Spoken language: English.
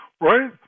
right